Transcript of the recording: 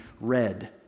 red